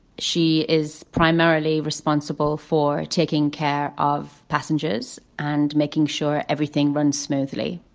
she is primarily responsible for taking care of passengers and making sure everything runs smoothly,